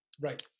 Right